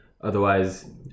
Otherwise